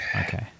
okay